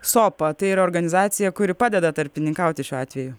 sopa tai yra organizacija kuri padeda tarpininkauti šiuo atveju